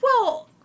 Well-